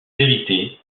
vérité